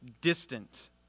distant